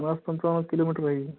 पन्नास पंचावन्नच किलोमीटर आहे